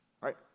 right